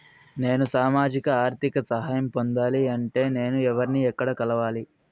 నేను సామాజిక ఆర్థిక సహాయం పొందాలి అంటే నేను ఎవర్ని ఎక్కడ కలవాలి?